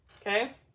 okay